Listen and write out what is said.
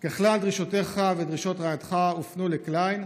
דרישותיך ודרישות רעייתך הופנו לקליין,